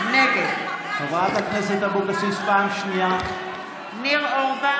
חברת הכנסת אורלי